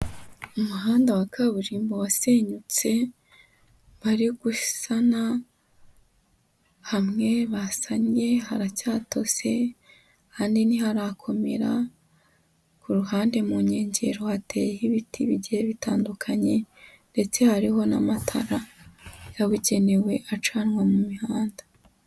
Umuhanda wa kaburimbo wasenyutse bari gusana, hamwe basanye haracyatose, ahandi ntiharakomera, ku ruhande mu nkengero hateye ibiti bigiye bitandukanye ndetse hariho n'amatara yabugenewe acanwa mu mihanda.